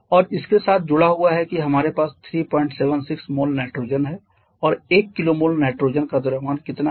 और इसके साथ जुड़ा हुआ है कि हमारे पास 376 मोल नाइट्रोजन है और 1 kmol नाईट्रोज़न का द्रव्यमान कितना है